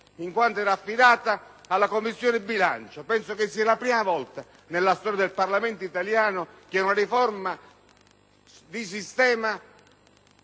provvedimento era assegnato alla Commissione bilancio; credo sia la prima volta nella storia del Parlamento italiano che una riforma di sistema